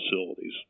facilities